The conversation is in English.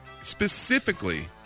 specifically